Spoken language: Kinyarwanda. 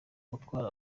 gutwara